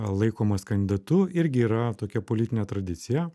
laikomas kandidatu irgi yra tokia politinė tradicija